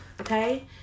okay